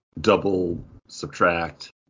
double-subtract